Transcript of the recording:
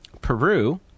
Peru